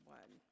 one